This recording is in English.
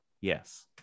Yes